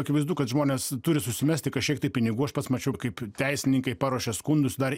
akivaizdu kad žmonės turi susimesti kažkiek pinigų aš pats mačiau kaip teisininkai paruošė skundus dar